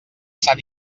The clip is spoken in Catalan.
sant